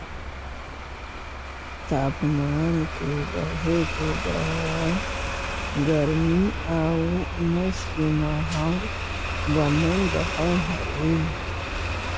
तापमान के बढ़े के दौरान गर्मी आउ उमस के माहौल बनल रहऽ हइ